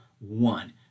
one